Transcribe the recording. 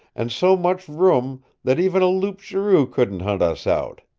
and so much room that even a loup-garou couldn't hunt us out.